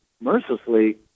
mercilessly